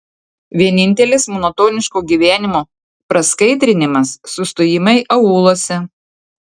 vienintelis monotoniško gyvenimo praskaidrinimas sustojimai aūluose